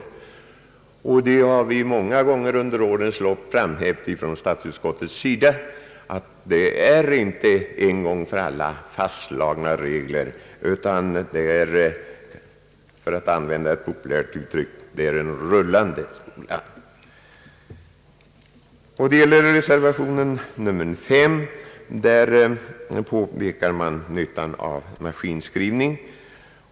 Statsutskottet har många gånger under årens lopp framhävt att det inte är en gång för alla fastslagna regler, utan det är — för att använda ett populärt uttryck — en rullande plan. I reservation 5 påpekar man nyttan av maskinskrivning.